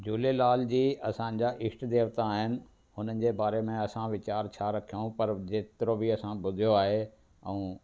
झूलेलाल जी असांजा इष्टदेवता आहिनि उन्हनि जे बारे में असां वीचार छा रखूं पर जेतिरो बि असां ॿुधियो आहे ऐं